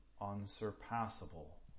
unsurpassable